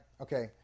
Okay